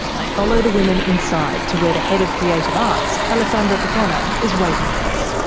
i follow the women inside to where the head of creative arts, alessandra piccone, is waiting for us.